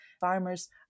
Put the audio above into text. farmers